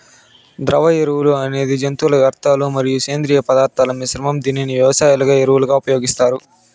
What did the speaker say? ద్రవ ఎరువు అనేది జంతువుల వ్యర్థాలు మరియు సేంద్రీయ పదార్థాల మిశ్రమం, దీనిని వ్యవసాయ ఎరువులుగా ఉపయోగిస్తారు